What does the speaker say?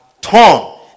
torn